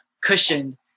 cushioned